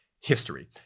history